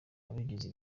ibigize